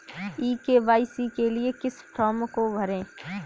ई KYC के लिए किस फ्रॉम को भरें?